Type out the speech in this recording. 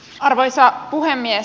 arvoisa puhemies